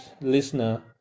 listener